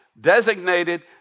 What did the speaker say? designated